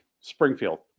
Springfield